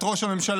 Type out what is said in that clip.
את ראש הממשלה.